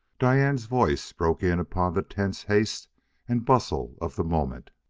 diane's voice broke in upon the tense haste and bustle of the moment.